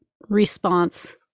response